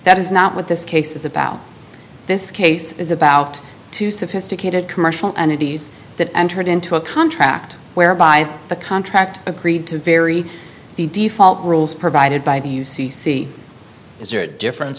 that is not what this case is about this case is about too sophisticated commercial entities that entered into a contract whereby the contract agreed to vary the default rules provided by the u c c is there a difference